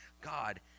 God